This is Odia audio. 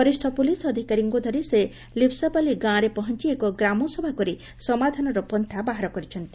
ବରିଷ୍ ପୁଲିସ୍ ଅଧିକାରୀଙ୍କୁ ଧରି ସେ ଲିପ୍ସପାଲି ଗାଁରେ ପହଞ୍ ଏକ ଗ୍ରାମସଭା କରି ସମାଧାନର ପନ୍ତା ବାହାର କରିଛନ୍ତି